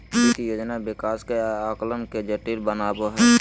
वित्त योजना विकास के आकलन के जटिल बनबो हइ